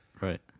Right